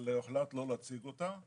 אבל הוחלט לא להציג אותה,